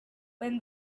when